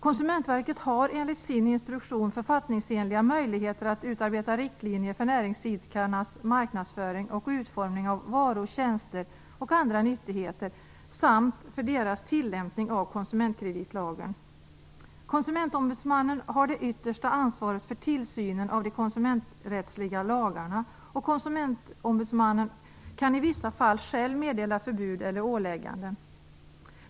Konsumentverket har enligt sin instruktion författningsenliga möjligheter att utarbeta riktlinjer för näringsidkarnas marknadsföring och utformning av varor och tjänster samt för deras tillämpning av konsumentkreditlagen. Konsumentombudsmannen har det yttersta ansvaret för tillsynen av de konsumenträttsliga lagarna. Konsumentombudsmannen kan i vissa fall själv meddela förbud eller ålägganden.